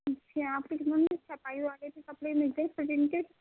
اچھا آپ کی دُکان میں صفائی والے بھی کپڑے ملتے ہیں فیٹنگ کے